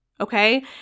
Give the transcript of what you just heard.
okay